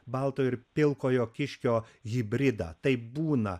balto ir pilkojo kiškio hibridą taip būna